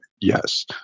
yes